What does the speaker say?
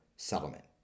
Settlement